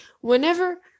whenever